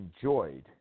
enjoyed